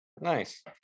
Nice